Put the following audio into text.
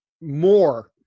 more